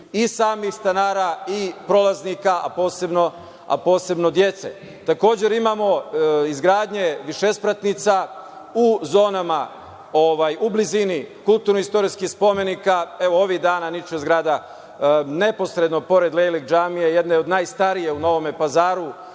i samih stanara i prolaznika, a posebno dece. Takođe, imamo izgradnje višespratnica u zonama u blizini kulturnoistorijskih spomenika. Evo, ovih dana niče zgrada neposredno pored Lejlek džamije, jedne od najstarije u Novom Pazaru,